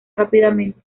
rápidamente